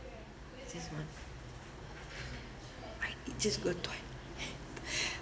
ya just one why it just going toi~